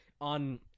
on